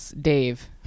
dave